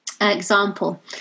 example